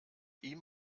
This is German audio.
ihm